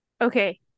Okay